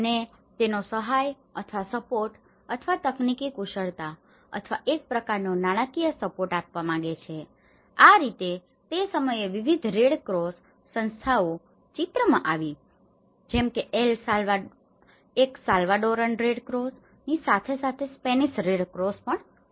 અને તેઓ સહાય અથવા સપોર્ટ અથવા તકનીકી કુશળતા અથવા એક પ્રકારનો નાણાકીય સપોર્ટ આપવા માંગે છે આ રીતે તે સમયે વિવિધ રેડ ક્રોસ સંસ્થાઓ ચિત્રમાં આવી જેમ કે એક સાલ્વાડોરન રેડ ક્રોસની સાથે સાથે સ્પેનિશ રેડ ક્રોસ છે